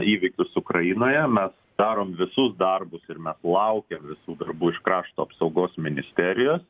įvykius ukrainoje mes darom visus darbus ir mes laukiam visų darbų iš krašto apsaugos ministerijos